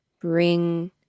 bring